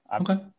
Okay